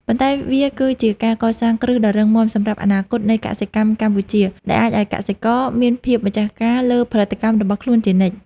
ប៉ុន្តែវាគឺជាការកសាងគ្រឹះដ៏រឹងមាំសម្រាប់អនាគតនៃកសិកម្មកម្ពុជា ដែលអាចឱ្យកសិករមានភាពម្ចាស់ការលើផលិតកម្មរបស់ខ្លួនជានិច្ច។